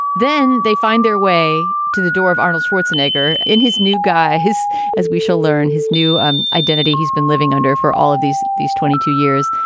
then they find their way to the door of arnold schwarzenegger in his new guy his as we shall learn his new um identity. he's been living under for all of these these twenty two years.